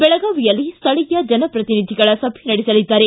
ಬೆಳಗಾವಿಯಲ್ಲಿ ಸ್ಥಳೀಯ ಜನ ಪ್ರತಿನಿಧಿಗಳ ಸಭೆ ನಡೆಸಲಿದ್ದಾರೆ